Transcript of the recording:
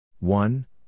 One